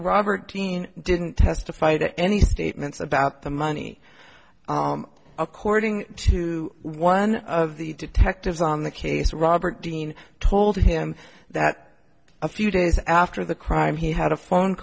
robert dean didn't testify to any statements about the money according to one of the detectives on the case robert dean told him that a few days after the crime he had a phone